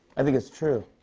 i think that's true.